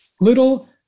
little